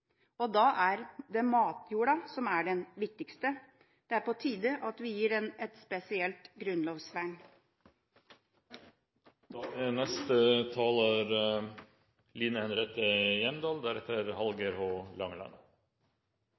og da er det matjorda som er den viktigste. Det er på tide at vi gir den et spesielt